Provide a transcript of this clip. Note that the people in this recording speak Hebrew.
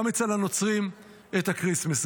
גם אצל הנוצרים את הכריסטמס,